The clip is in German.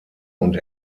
und